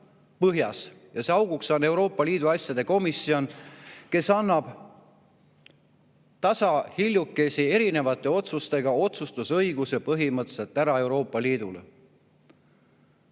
ja auguks on Euroopa Liidu asjade komisjon, kes annab tasahiljukesi erinevate otsustega otsustusõiguse põhimõtteliselt ära Euroopa Liidule.